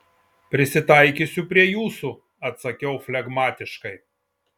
prisitaikysiu prie jūsų atsakiau flegmatiškai